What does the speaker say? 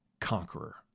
conqueror